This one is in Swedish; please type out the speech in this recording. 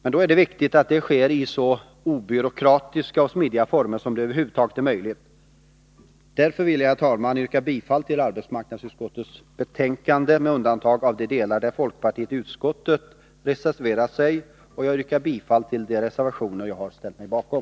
Men det är viktigt att det sker i så obyråkratiska och smidiga former som det över huvud taget är möjligt. Därför vill jag, herr talman, yrka bifall till arbetsmarknadsutskottets hemställan i betänkande 24 med undantag för de delar där folkpartiet i utskottet reserverat sig, där jag yrkar bifall till de reservationer som jag har ställt mig bakom.